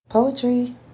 poetry